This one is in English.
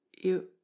You